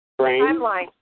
Timeline